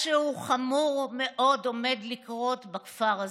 "משהו חמור מאוד עומד לקרות בכפר הזה",